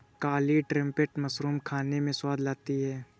काली trumpet mushroom खाने में स्वाद लाती है